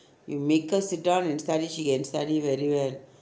you make her sit down and study she can study very well